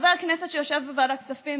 חבר כנסת שיושב בוועדת כספים,